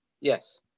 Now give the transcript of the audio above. Yes